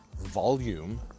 volume